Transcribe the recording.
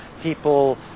people